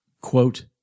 Quote